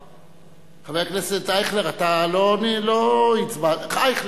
חבר הכנסת אייכלר, אתה לא הצבעת, אייכלר,